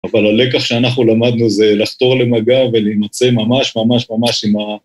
אבל הלקח שאנחנו למדנו זה לחתור למגע ולהימצא ממש ממש ממש עם ה...